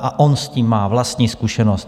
A on s tím má vlastní zkušenost.